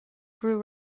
grew